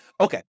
Okay